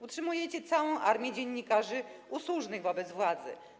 Utrzymujecie całą armię dziennikarzy usłużnych wobec władzy.